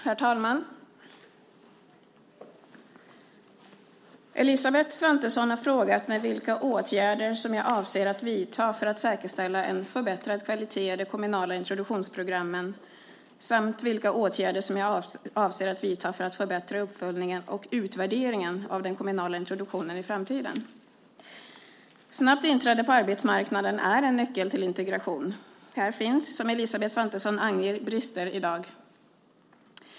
Herr talman! Elisabeth Svantesson har frågat mig vilka åtgärder som jag avser att vidta för att säkerställa en förbättrad kvalitet i de kommunala introduktionsprogrammen samt vilka åtgärder som jag avser att vidta för att förbättra uppföljningen och utvärderingen av den kommunala introduktionen i framtiden. Snabbt inträde på arbetsmarknaden är en nyckel till integration. Här finns, som Elisabeth Svantesson anger, brister i dag.